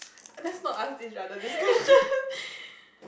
let's not ask each other this question